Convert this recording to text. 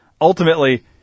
ultimately